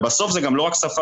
ובסוף זה גם לא רק ספארי,